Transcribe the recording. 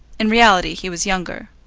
in reality he was younger.